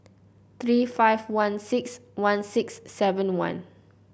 three five one six one six seven one